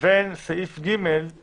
לבין סעיף (ד)